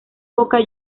boca